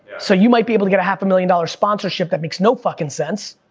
so, you might be able to get a half of million dollar sponsorship, that makes no fucking sense,